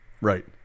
Right